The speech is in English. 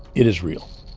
it is real.